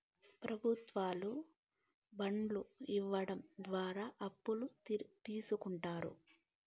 ప్రభుత్వాలు బాండ్లు ఇవ్వడం ద్వారా అప్పులు తీస్కుంటారు